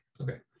Okay